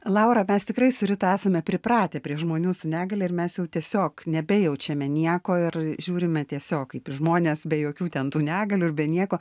laura mes tikrai su rita esame pripratę prie žmonių su negalia ir mes jau tiesiog nebejaučiame nieko ir žiūrime tiesiog kaip į žmones be jokių ten tų negalių ir be nieko